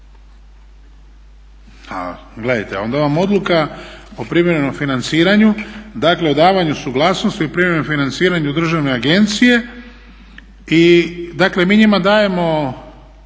gledajte onda vam odluka o privremenom financiranju dakle o davanju suglasnosti i o privremenom financiranju državne agencije i dakle mi njima dajemo